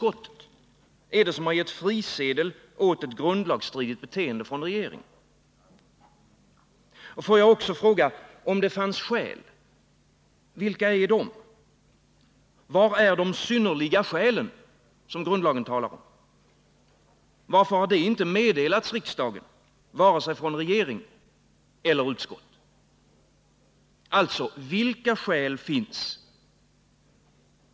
Och får jag också fråga: Om det fanns skäl, vilka är de? Var är de synnerliga skälen, som grundlagen talar om? Varför har de inte meddelats riksdagen, vare sig av regering eller utskott? Alltså: Vilka skäl finns?